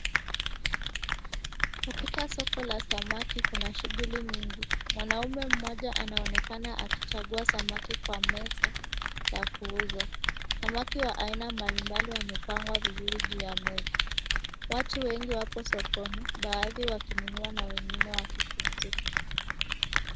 Katika soko la samaki, kuna shughuli nyingi. Mwanamme mmoja anaonekana akichagua samaki kwenye meza ya kuuza, samaki wa aina mbalimbali wamepangwa vizuri juu ya meza, watu wengi wako sokoni, baadhi wakinunua na wengine wakipumzika.